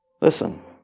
Listen